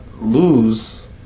lose